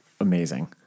amazing